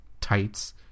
tights